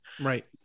right